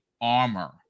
armor